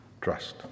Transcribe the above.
Trust